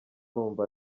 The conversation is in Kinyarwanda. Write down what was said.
numva